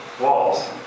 walls